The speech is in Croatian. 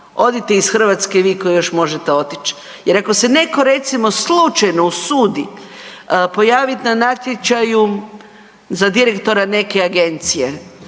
Odite iz Hrvatske i vi koji još možete otići. Jer ako se netko recimo slučajno usudi pojaviti na natječaju za direktora neke agencije,